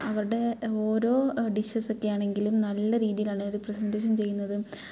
അവരുടെ ഓരോ ഡിഷസ് ഒക്കെ ആണെങ്കിലും നല്ല രീതിയിലാണ് അവർ പ്രസേൻറ്റേഷൻ ചെയ്യുന്നതും